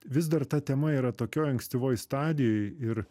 vis dar ta tema yra tokioj ankstyvoj stadijoj ir